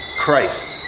Christ